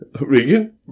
Regan